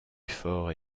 fort